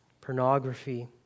pornography